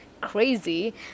crazy